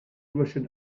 russian